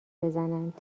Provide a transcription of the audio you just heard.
بزنند